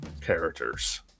characters